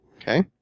Okay